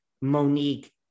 Monique